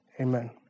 amen